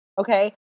Okay